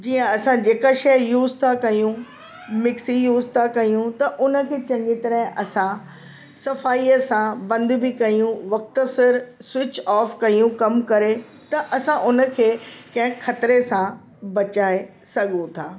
जीअं असां जेका शइ यूस था कयूं मिक्सी यूस था कयूं त उनखे चङी तरह असां सफ़ाईअ सां बंदि बि कयूं वक़्तु सर स्विच ऑफ कयूं कमु करे त असां उनखे कंहिं खतरे सां बचाए सघूं था